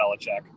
Belichick